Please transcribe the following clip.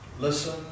Listen